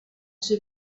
two